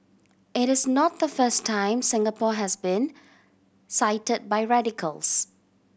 it is not the first time Singapore has been cited by radicals